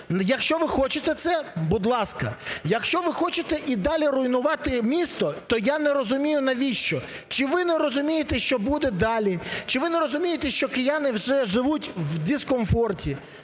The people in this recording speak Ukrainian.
Якщо ви хочете це, будь ласка. Якщо ви хочете і далі руйнувати місто, то я не розумію навіщо. Чи ви не розумієте, що буде далі? Чи ви не розумієте, що кияни вже живуть в дискомфорті?